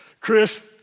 Chris